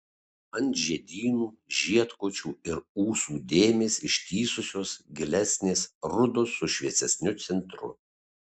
ant žiedynų žiedkočių ir ūsų dėmės ištįsusios gilesnės rudos su šviesesniu centru